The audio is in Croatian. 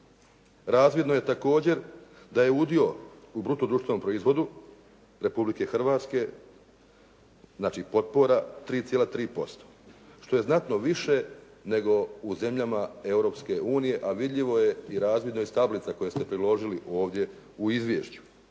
Razvidno je također da je u bruto društvenom proizvodu Republike Hrvatske, znači potpora 3,3%. Što je znatno više nego u zemljama Europske unije, a vidljivo je i razvidno iz tablica koje ste priložili ovdje u izvješću.